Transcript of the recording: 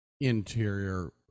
interior